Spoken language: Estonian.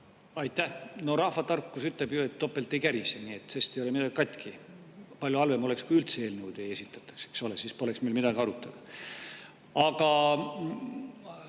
Aitäh! No rahvatarkus ütleb ju, et topelt ei kärise, nii et selle pärast ei ole midagi katki. Palju halvem oleks, kui üldse eelnõu ei esitataks, eks ole, siis poleks meil midagi arutada. Aga